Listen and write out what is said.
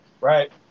Right